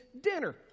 dinner